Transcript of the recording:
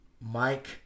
Mike